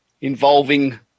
involving